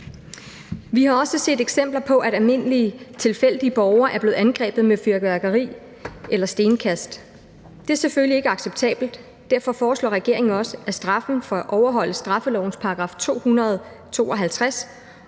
Vi har også set eksempler på, at almindelige, tilfældige borgere er blevet angrebet med fyrværkeri eller stenkast. Det er selvfølgelig ikke acceptabelt. Derfor foreslår regeringen også, at straffen for ikke at overholde straffelovens § 252